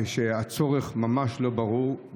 כשהצורך ממש לא ברור,